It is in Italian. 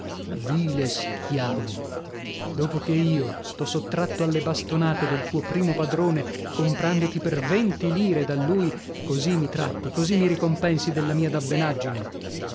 vile schiavo dopo che io t'ho sottratto alle bastonate del tuo primo padrone comprandoti per venti lire da lui così mi tratti così mi ricompensi della mia dabbenaggine